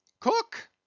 cook